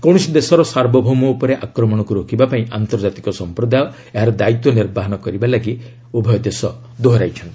କୌଣସି ଦେଶର ସାର୍ବଭୌମ ଉପରେ ଆକ୍ରମଣକୁ ରୋକିବାପାଇଁ ଆନ୍ତର୍ଜାତିକ ସମ୍ପ୍ରଦାୟ ଏହାର ଦାୟିତ୍ୱ ନିର୍ବାହନ କରିବାକୁ ମଧ୍ୟ ଉଭୟ ଦେଶ ଦୋହରାଇଛନ୍ତି